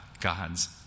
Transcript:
God's